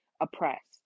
oppressed